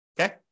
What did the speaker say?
Okay